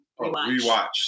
Rewatch